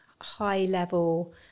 high-level